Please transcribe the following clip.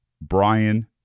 Brian